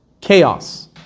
Chaos